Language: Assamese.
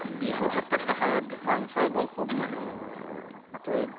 বিহুৰ ক্ষেত্ৰত দেখা যায় যে বিহু ফাংচনবোৰ খুব মানে বাতৰিত